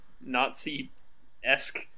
nazi-esque